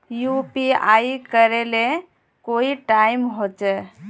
UPI करे ले कोई टाइम होचे?